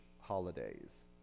holidays